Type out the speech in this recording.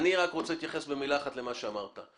להתייחס במילה אחת למה שאמרת.